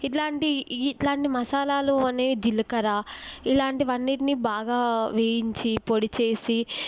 ఇట్లాంటి ఇట్లాంటి మసాలాలు అనే జీలకర్ర ఇలాంటి వన్నింటిని బాగా వేయించి పొడి చేసి